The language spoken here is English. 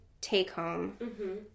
take-home